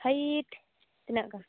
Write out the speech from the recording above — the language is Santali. ᱦᱟᱭᱤᱴ ᱛᱤᱱᱟᱹᱜ ᱜᱟᱱ